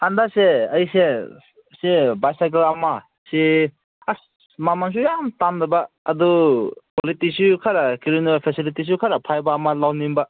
ꯍꯟꯗꯛꯁꯦ ꯑꯩꯁꯦ ꯁꯦ ꯕꯥꯏꯁꯥꯏꯀꯜ ꯑꯃ ꯁꯤ ꯑꯁ ꯃꯃꯜꯁꯨ ꯌꯥꯝ ꯇꯥꯡꯗꯕ ꯑꯗꯨ ꯀ꯭ꯋꯥꯂꯤꯇꯤꯁꯨ ꯈꯔ ꯀꯔꯤꯅꯣ ꯐꯦꯁꯤꯂꯤꯇꯤꯁꯨ ꯈꯔ ꯐꯕ ꯑꯃ ꯂꯧꯅꯤꯡꯕ